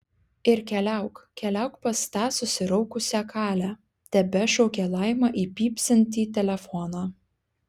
ir keliauk keliauk pas tą susiraukusią kalę tebešaukė laima į pypsintį telefoną